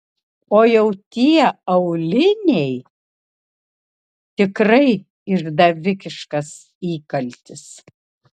o jau tie auliniai tikrai išdavikiškas įkaltis